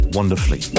wonderfully